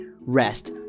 rest